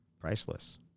priceless